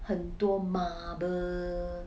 很多 marble